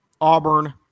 Auburn